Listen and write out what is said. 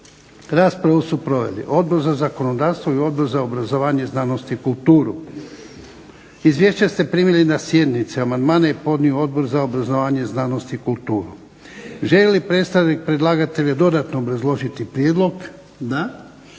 Raspravu su proveli Odbor za zakonodavstvo i Odbor za obrazovanje, znanost i kulturu. Izvješća ste primili na sjednici. Amandmane je podnio Odbor za obrazovanje, znanost i kulturu. Želi li predstavnik predlagatelja dodatno obrazložiti prijedlog? Da.